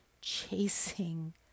chasing